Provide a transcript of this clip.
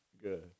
Good